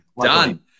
Done